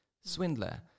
swindler